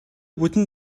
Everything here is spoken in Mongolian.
бүтэн